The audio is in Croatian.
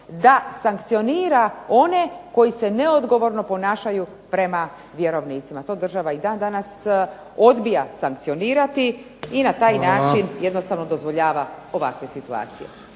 da sankcionira one koji se neodgovorno ponašaju prema vjerovnicima. To država i dan danas odbija sankcionirati i na taj način jednostavno dozvoljava ovakve situacije.